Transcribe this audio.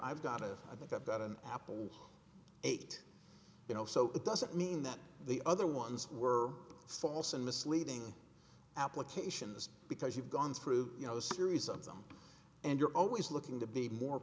i've got a i think i've got an apple eight you know so it doesn't mean that the other ones were false and misleading applications because you've gone through you know a series of them and you're always looking to be more